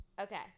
Okay